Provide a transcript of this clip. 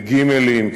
לגימ"לים,